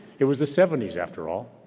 it was the seventy s, after all.